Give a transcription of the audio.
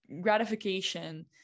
gratification